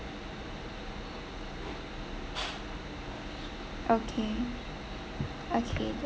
okay okay